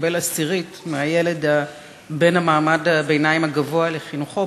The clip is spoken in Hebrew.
שמקבל עשירית מהילד בן מעמד הביניים הגבוה לחינוכו,